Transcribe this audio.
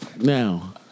Now